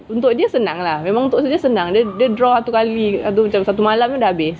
untuk dia senang lah memang untuk dia senang dia dia draw satu kali satu malam pun dah habis